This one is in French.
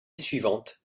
suivante